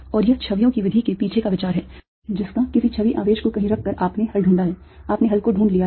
और यह छवियों की विधि के पीछे का विचार है जिसका किसी छवि आवेश को कहीं रखकर आपने हल ढूंढा है आपने हल को ढूंढ लिया है